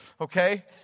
Okay